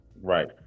Right